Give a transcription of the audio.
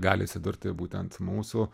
gali atsidurti būtent mūsų